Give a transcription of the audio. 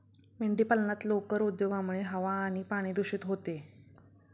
मेंढीपालनात लोकर उद्योगामुळे हवा आणि पाणी दूषित होते